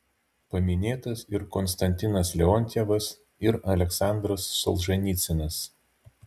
paminėtas ir konstantinas leontjevas ir aleksandras solženicynas